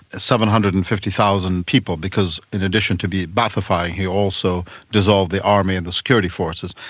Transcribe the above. seven hundred and fifty thousand people, because, in addition to de-ba'athifying he also dissolved the army and the security forces,